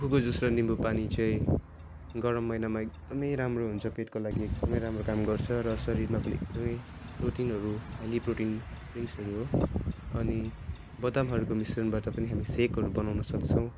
उखुको जुस र निम्बु पानी चाहिँ गरम महिनामा एकदम राम्रो हुन्छ पेटको लागि एकदम राम्रो काम गर्छ र शरीरमा पनि एकदम प्रोटिनहरू हाइली प्रोटिन ड्रिङ्क्सहरू हो अनि बदामहरूको मिश्रणबाट पनि हामी सेकहरू बनाउन सक्छौँ